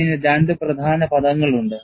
ഇതിന് രണ്ട് പ്രധാന പദങ്ങളുണ്ട്